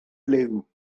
liw